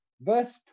verse